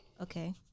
Okay